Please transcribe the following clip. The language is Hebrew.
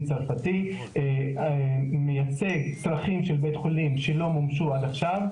הצרפתי מייצג צרכים של בית החולים שלא מומשו עד עכשיו: